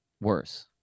worse